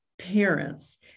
parents